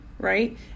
right